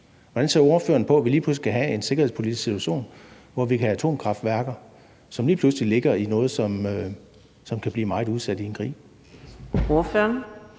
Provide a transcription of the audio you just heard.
Hvordan ser ordføreren på, at vi lige pludselig kan have en sikkerhedspolitisk situation, hvor vi kan have atomkraftværker, som lige pludselig ligger i noget, som kan blive meget udsat i en krig?